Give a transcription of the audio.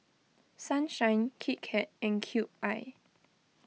Sunshine Kit Kat and Cube I